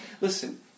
Listen